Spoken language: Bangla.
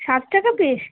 সাত টাকা পিস